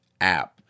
app